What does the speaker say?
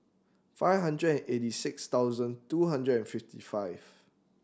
five hundred and eighty six thousand two hundred and fifty five